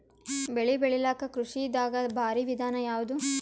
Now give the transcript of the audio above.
ಬೆಳೆ ಬೆಳಿಲಾಕ ಕೃಷಿ ದಾಗ ಭಾರಿ ವಿಧಾನ ಯಾವುದು?